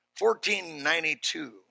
1492